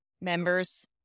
members